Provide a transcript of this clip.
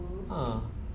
ah